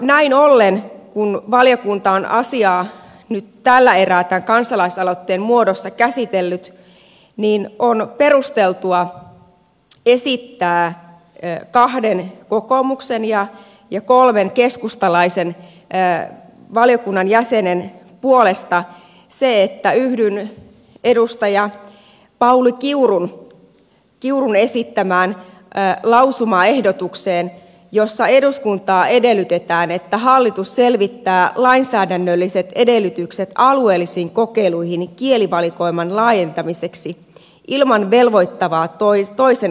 näin ollen kun valiokunta on asiaa nyt tällä erää tämän kansalaisaloitteen muodossa käsitellyt on perusteltua esittää kahden kokoomuslaisen ja kolmen keskustalaisen valiokunnan jäsenen puolesta se että yhdyn edustaja pauli kiurun esittämään lausumaehdotukseen jossa eduskunta edellyttää että hallitus selvittää lainsäädännölliset edellytykset alueellisiin kokeiluihin kielivalikoiman laajentamiseksi ilman velvoittavaa toisen kansalliskielen opiskelua